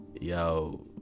yo